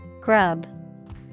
Grub